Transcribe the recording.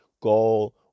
goal